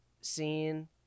scene